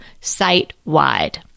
site-wide